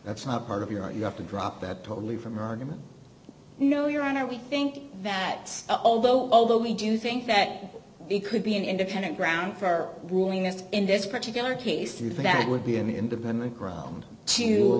that's not part of your you have to drop that totally from your argument no your honor we think that although although we do think that it could be an independent ground for ruling us in this particular case truth that would be an independent ground to